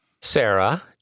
Sarah